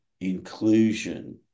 inclusion